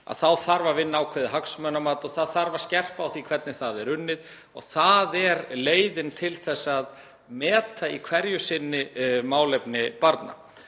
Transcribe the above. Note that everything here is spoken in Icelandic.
þá þarf að vinna ákveðið hagsmunamat og það þarf að skerpa á því hvernig það er unnið og það er leiðin til að meta í hverju sinni málefni barna.